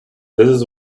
this